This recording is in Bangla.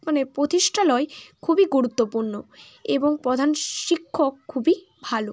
মানে পতিষ্ঠালয় খুবই গুরুত্বপূর্ণ এবং প্রধান শিক্ষক খুবই ভালো